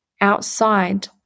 outside